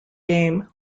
game